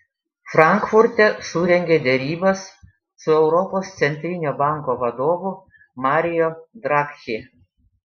frankfurte surengė derybas su europos centrinio banko vadovu mario draghi